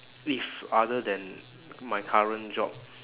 if other than my current job